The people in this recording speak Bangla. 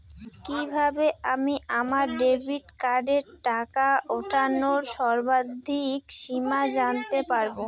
কিভাবে আমি আমার ডেবিট কার্ডের টাকা ওঠানোর সর্বাধিক সীমা জানতে পারব?